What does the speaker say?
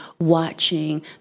watching